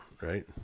right